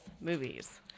movies